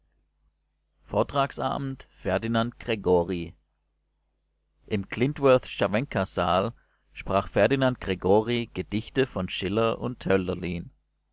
vortragsabend ferdinand gregori im klindworth-scharwenka-saal sprach ferdinand gregori gedichte von schiller und